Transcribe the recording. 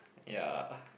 ya